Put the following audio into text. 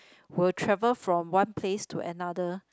will travel from one place to another